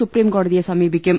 സുപ്രീംകോ ടതിയെ സമീപിക്കും